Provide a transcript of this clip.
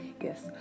yes